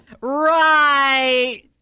Right